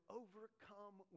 overcome